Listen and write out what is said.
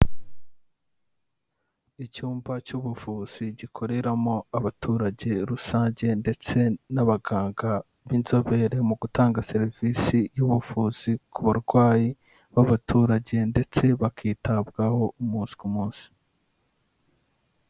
Icyumba cy'ubuvuzi gikoreramo abaturage rusange, ndetse n'abaganga b'inzobere mu gutanga serivisi y'ubuvuzi, ku barwayi b'abaturage ndetse bakitabwaho umunsi ku munsi.